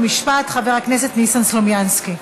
חוק ומשפט חבר הכנסת ניסן סלומינסקי.